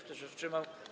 Kto się wstrzymał?